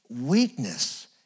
weakness